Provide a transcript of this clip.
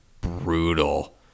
brutal